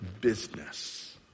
business